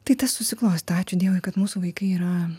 tai tas susiklostė ačiū dievui kad mūsų vaikai yra